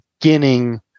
beginning